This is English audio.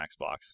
Xbox